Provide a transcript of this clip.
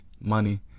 money